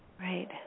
Right